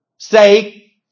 Say